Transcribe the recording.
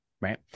Right